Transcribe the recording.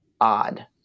odd